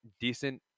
decent